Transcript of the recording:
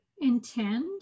intend